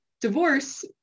Divorce